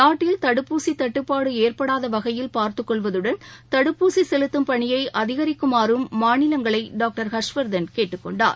நாட்டில் தடுப்பூசிதட்டுப்பாடுஏற்படாதவகையில் பார்த்துக் கொள்வதுடன் தடுப்பூசிசெலுத்தும் பணியைஅதிகரிக்குமாறும் மாநிலங்களைடாக்டர் ஹர்ஷ்வர்தன் கேட்டுக் கொண்டார்